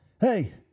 hey